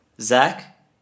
Zach